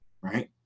right